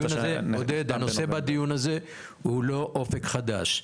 עודד, הנושא בדיון הזה הוא לא אופק חדש.